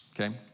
Okay